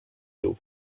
you